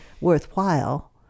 worthwhile